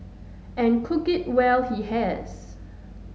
and cook it well he has